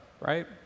right